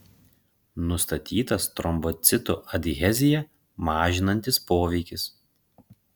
nustatytas trombocitų adheziją mažinantis poveikis